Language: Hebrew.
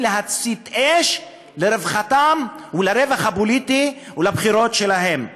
להצית אש לרווחתם ולרווח הפוליטי ולבחירות שלהם.